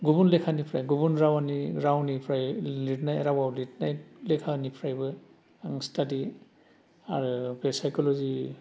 गुबुन लेखानिफ्राय गुबुन रावनि रावनिफ्राय लिरनाय रावआव लिरनाय लेखानिफ्रायबो आं स्टाडि आरो बे सायक'लजि